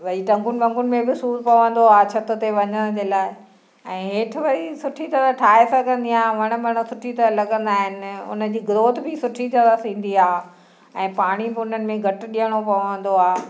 वरी टंगुंन वहुंन में बि सूर पवंदो आहे छित ते वञण जे लाइ ऐं हेठि भई सुठी तरह ठाहे सघंदी आहियां वण मण सुठी तरह लगंदा आहिनि उनजी ग्रोथ बि सुठी तरह थींदी आहे ऐं पाणी ब उन्हनि में घटि ॾियणो पवंदो आहे